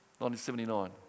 1979